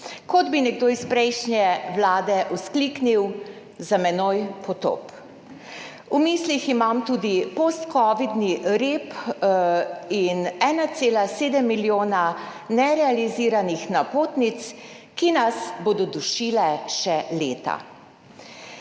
Kot bi nekdo iz prejšnje vlade vzkliknil: »Za menoj potop!« V mislih imam tudi postkovidni rep in 1,7 milijona nerealiziranih napotnic, ki nas bodo dušile še leta.